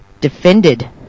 defended